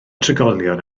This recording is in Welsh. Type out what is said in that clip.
trigolion